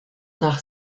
nach